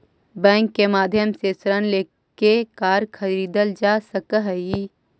bank के माध्यम से ऋण लेके कार खरीदल जा सकऽ हइ